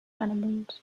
animals